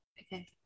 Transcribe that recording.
Okay